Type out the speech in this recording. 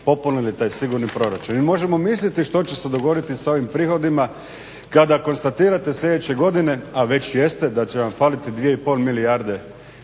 popunili taj sigurni proračun. I možemo misliti što će se dogoditi s ovim prihodima kada konstatirate sljedeće godine a već jeste da će vam faliti 2 i pol milijarde